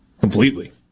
completely